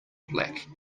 black